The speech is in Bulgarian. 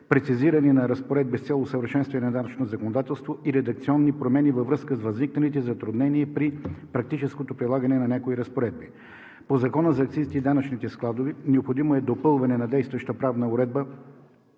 прецизиране на разпоредби с цел усъвършенстване на данъчното законодателство и редакционни промени във връзка с възникналите затруднения при практическото прилагане на някои разпоредби. По Закона за акцизите и данъчните складове е необходимо допълване на действащата правна уредба,